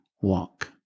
walk